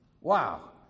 wow